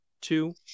two